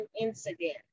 incident